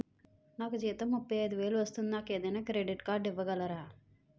నాకు జీతం ముప్పై ఐదు వేలు వస్తుంది నాకు ఏదైనా క్రెడిట్ కార్డ్ ఇవ్వగలరా?